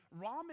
Ramen